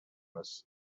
است